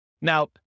Now